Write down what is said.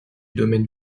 domaine